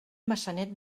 maçanet